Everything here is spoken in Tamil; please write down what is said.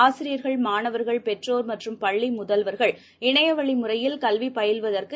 ஆசிரியர்கள் மாணவர்கள் பெற்றோர் மற்றும் பள்ளிமுதல்வர்கள் இணையவழிமுறையில் கல்விபயிலுதவற்கு